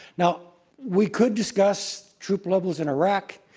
now, we could discuss troop levels in iraq,